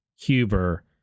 Huber